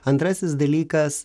antrasis dalykas